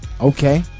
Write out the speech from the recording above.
Okay